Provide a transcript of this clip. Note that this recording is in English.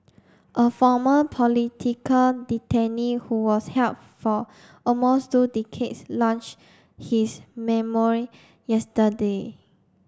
a former political detainee who was held for almost two decades launched his memoir yesterday